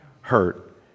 hurt